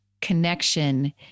connection